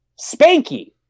Spanky